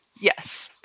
Yes